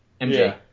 MJ